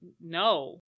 no